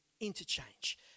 interchange